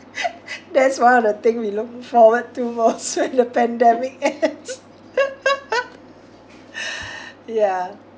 that's one of the thing we look forward to most when the pandemic ends yeah